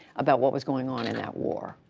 about what was going on in that war.